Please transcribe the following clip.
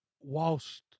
whilst